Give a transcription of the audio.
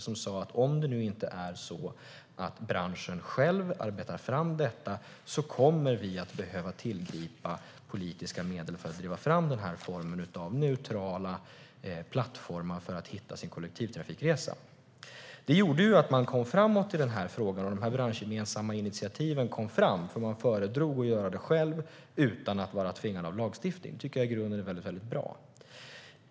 Hon sa att om det nu inte är så att branschen själv arbetar fram detta kommer vi att behöva tillgripa politiska medel för att driva fram den formen av neutrala plattformar för att hitta sin kollektivtrafikresa. Det gjorde att man kom framåt i frågan och de branschgemensamma initiativen kom fram. Man föredrog att göra det själv utan att vara tvingade av lagstiftning. Det tycker jag i grunden är väldigt bra.